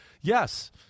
yes